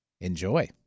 Enjoy